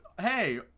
hey